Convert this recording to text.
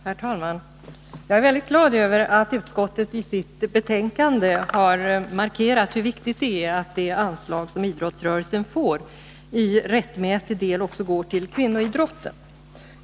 Herr talman! Jag är väldigt glad över att utskottet i sitt betänkande har markerat hur viktigt det är att det anslag som idrottsrörelsen får i rättmätig del också går till kvinnoidrotten.